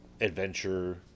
adventure